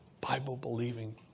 Bible-believing